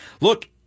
look